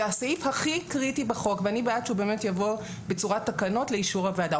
זה הסעיף הכי קריטי בחוק ואני בעד שהוא יבוא בצורת תקנות לאישור הוועדה.